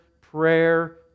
prayer